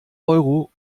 euro